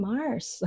Mars